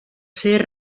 ser